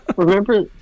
Remember